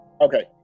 Okay